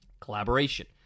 Collaboration